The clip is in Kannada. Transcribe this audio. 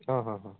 ಹಾಂ ಹಾಂ ಹಾಂ